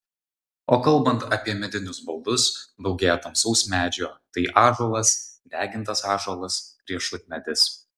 o kalbant apie medinius baldus daugėja tamsaus medžio tai ąžuolas degintas ąžuolas riešutmedis